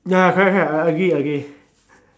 ya correct correct I agree I agree